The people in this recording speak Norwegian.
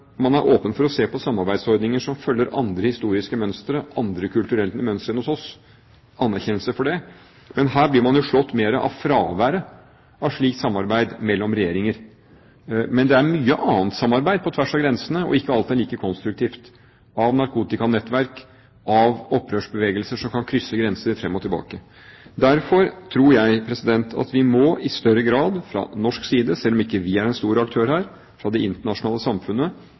man er åpen for å se på samarbeidsordninger som følger andre historiske mønstre, andre kulturelle mønstre enn hos oss – og anerkjennelse for det – men her blir man slått mer av fraværet av slikt samarbeid mellom regjeringer. Det er mye annet samarbeid på tvers av grensene, ikke alt er like konstruktivt – av narkotikanettverk, av opprørsbevegelser som kan krysse grenser fram og tilbake. Derfor tror jeg at vi i større grad fra norsk side – selv om vi ikke er en stor aktør her – og fra det internasjonale samfunnet